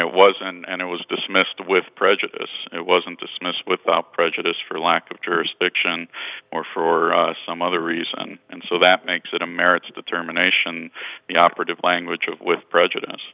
it was and it was dismissed with prejudice it wasn't dismissed without prejudice for lack of jurisdiction or for some other reason and so that makes it a merits determination the operative language of with prejudice